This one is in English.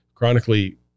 chronically